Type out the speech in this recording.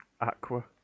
Aqua